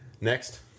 Next